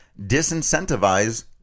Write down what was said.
disincentivize